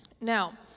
Now